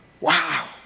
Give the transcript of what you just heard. Wow